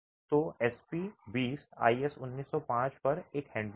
तो SP 20 IS 1905 पर एक हैंडबुक है